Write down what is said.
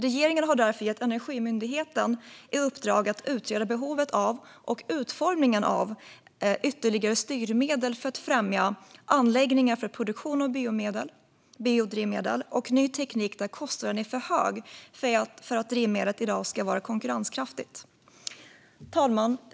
Regeringen har därför gett Energimyndigheten i uppdrag att utreda behovet och utformningen av ytterligare styrmedel för att främja anläggningar för produktion av biodrivmedel med ny teknik där kostnaden är för hög för att drivmedlet i dag ska vara konkurrenskraftigt. Herr talman!